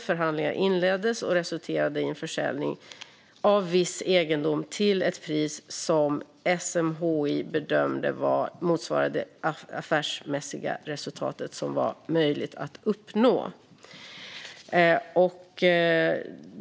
Förhandlingar inleddes och resulterade i en försäljning av viss egendom till ett pris som SMHI bedömde motsvarade det affärsmässiga resultat som var möjligt att uppnå.